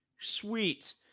Sweet